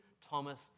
Thomas